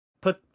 put